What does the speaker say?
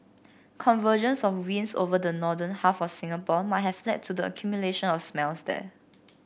convergence of winds over the northern half of Singapore might have led to the accumulation of smells there